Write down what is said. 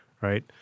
right